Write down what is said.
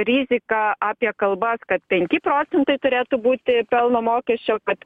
riziką apie kalbas kad penki procentai turėtų būti pelno mokesčio kad